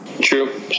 True